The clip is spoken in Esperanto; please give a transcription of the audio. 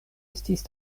estis